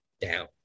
down